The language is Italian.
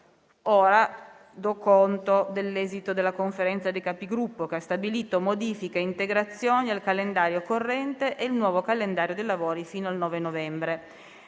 una nuova finestra"). La Conferenza dei Capigruppo ha stabilito modifiche e integrazioni al calendario corrente e il nuovo calendario dei lavori fino al 9 novembre.